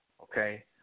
okay